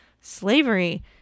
slavery